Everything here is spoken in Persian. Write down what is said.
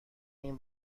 این